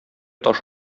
таш